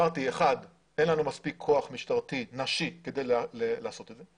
הדבר הראשון הוא שאין לנו מספיק כוח משטרתי נשי כדי לעשות את זה.